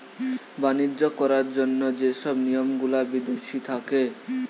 বাণিজ্য করার জন্য যে সব নিয়ম গুলা বিদেশি থাকে